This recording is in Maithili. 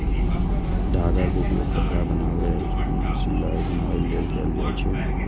धागाक उपयोग कपड़ा बनाबै मे सिलाइ, बुनाइ लेल कैल जाए छै